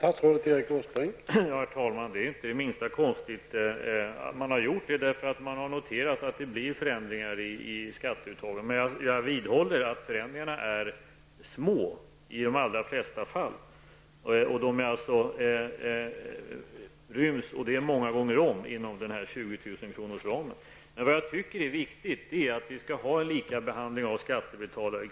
Herr talman! Det är inte det minsta konstigt. Man har gjort det därför att man har noterat att det blir förändringar i skatteuttaget. Men jag vidhåller att förändringarna är små i de allra flesta fall och alltså ryms många gånger om inom gränsen för 20 000 kr. Men jag tycker att det är viktigt att vi har en lika behandling av skattebetalarna.